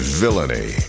villainy